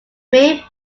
main